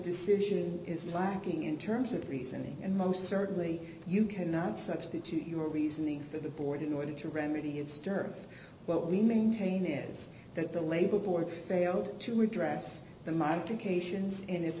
decision is lacking in terms of reasoning and most certainly you cannot substitute your reasoning for the board in order to remedy and stir what we maintain is that the labor board failed to redress the